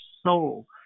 soul